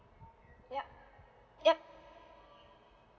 yup yup